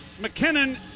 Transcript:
McKinnon